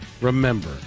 remember